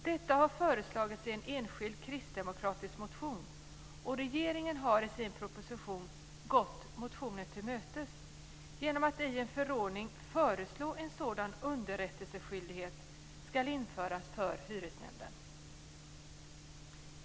Detta har förslagits i en enskild kristdemokratisk motion. Regeringen har i sin proposition gått motionen till mötes genom att i en förordning föreslå att en sådan underrättelseskyldighet ska införas för hyresnämnden.